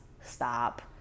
stop